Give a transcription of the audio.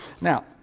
now